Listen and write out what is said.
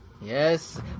Yes